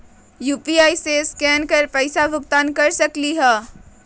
UPI से scan कर पईसा भुगतान कर सकलीहल?